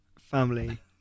family